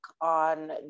on